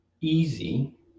easy